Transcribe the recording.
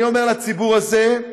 אני אומר לציבור הזה: